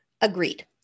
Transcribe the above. agreed